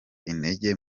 intege